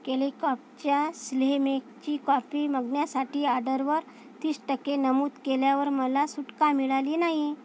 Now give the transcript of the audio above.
केलेकॉप्टच्या स्ल्हेमेकची कॉपी मगन्यासाठी आडरवर तीस टक्के नमूद केल्यावर मला सूट का मिळाली नाही